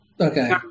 Okay